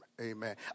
Amen